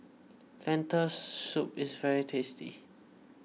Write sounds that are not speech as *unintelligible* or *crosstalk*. Lentil *unintelligible* soup is very tasty